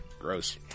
Gross